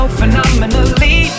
phenomenally